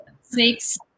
snakes